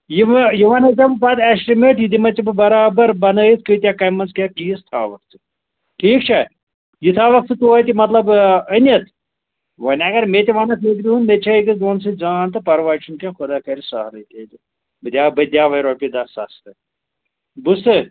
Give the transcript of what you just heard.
یہِ ونے یہِ ونے ژےٚ بہٕ پَتہٕ ایسٹِمیٹ یہِ دِمَے ژےٚ بہٕ برابر بَنٲوِتھ کۭتیٛاہ کَمہِ منٛز کیٛاہ پیٖس تھاوَکھ ژٕ ٹھیٖک چھا یہِ تھاوَکھ ژٕ توتہِ مطلب أنِتھ وۅنۍ اَگر مےٚ تہِ وَنکھ لۅژ کٲم مےٚ تہِ چھےٚ ییٚتہِ أکِس دۅن سۭتۍ زان تہٕ پَرواے چھُنہٕ کیٚنٛہہ خدا کرِ سَہلٕے تیٚلہِ بہٕ دیٛاوَے رۄپیہِ دَہ سَستہٕ بوٗزتھٕ